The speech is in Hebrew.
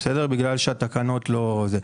כי התקנות לא זה.